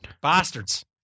Bastards